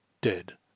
dead